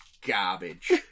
garbage